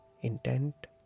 intent